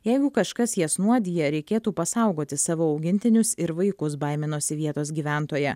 jeigu kažkas jas nuodija reikėtų pasaugoti savo augintinius ir vaikus baiminosi vietos gyventoja